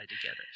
together